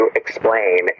explain